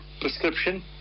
prescription